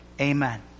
amen